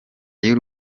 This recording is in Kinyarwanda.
y’u